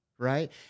Right